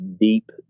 deep